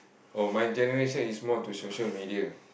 oh my generation is more to social media